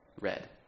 red